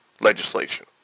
legislation